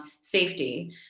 safety